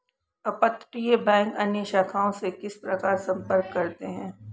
अपतटीय बैंक अन्य शाखाओं से किस प्रकार संपर्क करते हैं?